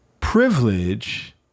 Privilege